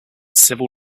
civil